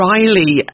Riley